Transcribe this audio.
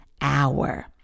hour